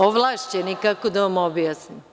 Ovlašćeni je, kako da vam objasnim.